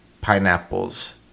pineapples